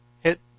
hit